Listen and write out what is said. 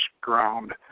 ground